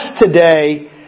today